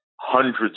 hundreds